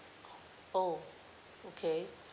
oh oh okay